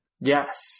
Yes